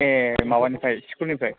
ऐ माबानिफ्राय स्कुलनिफ्राय